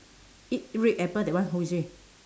eat red apple that one who is it